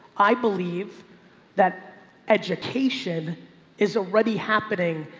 i believe that education is already happening.